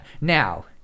now